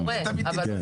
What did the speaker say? זה קורה.